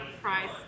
price